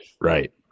Right